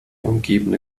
umgebende